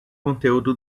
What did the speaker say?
conteúdo